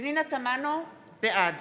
בעד